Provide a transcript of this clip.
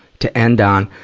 to end on.